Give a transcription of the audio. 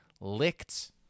licked